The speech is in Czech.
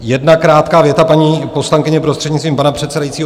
Jedna krátká věta, paní poslankyně, prostřednictvím pana předsedajícího.